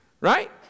Right